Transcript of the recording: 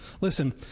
Listen